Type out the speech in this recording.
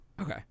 okay